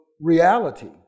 reality